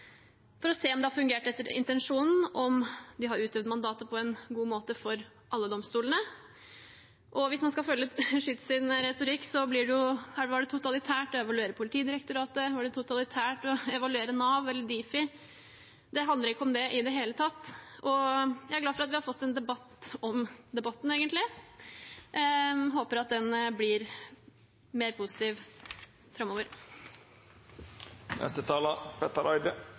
for å se om det har fungert etter intensjonen, om de har utøvd mandatet på en god måte for alle domstolene. Hvis man skal følge Schytz sin retorikk, var det totalitært å evaluere Politidirektoratet, Nav og Difi. Dette handler ikke om det i det hele tatt. Jeg er glad for at vi har fått en debatt om debatten, egentlig, og håper at den blir mer positiv